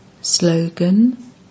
Slogan